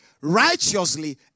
righteously